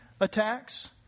attacks